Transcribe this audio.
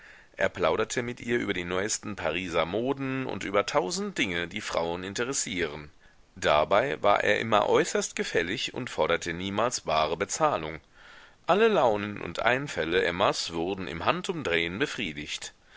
er plauderte mit ihr über die neuesten pariser moden und über tausend dinge die frauen interessieren dabei war er immer äußerst gefällig und forderte niemals bare bezahlung alle launen und einfälle emmas wurden im handumdrehen befriedigt